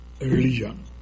religion